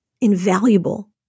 invaluable